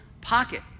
pocket